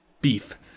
beef